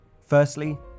Firstly